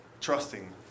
trusting